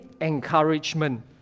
encouragement